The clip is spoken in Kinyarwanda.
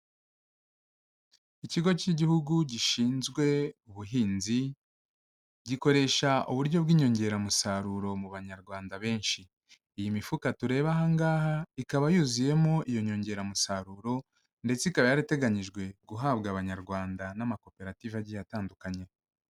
Ikigo k'igihugu gishinzwe ubuhinzi gikoresha uburyo bw'inyongeramusaruro mu banyarwanda benshi, iyi mifuka tureba aha ngaha, ikaba yuzuyemo iyo nyongeramusaruro ndetse ikaba yarateganyijwe guhabwa Abanyarwanda n'amakoperative agiye atandukanye.